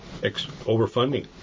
overfunding